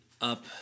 up